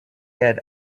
had